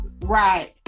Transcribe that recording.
Right